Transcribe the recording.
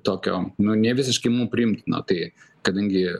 tokio nu nevisiškai mum priimtino tai kadangi